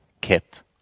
kept